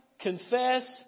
confess